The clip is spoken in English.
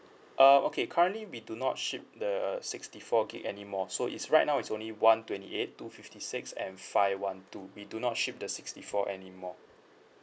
uh okay currently we do not ship the sixty four gig anymore so it's right now it's only one twenty eight two fifty six and five one two we do not ship the sixty four anymore